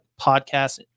podcast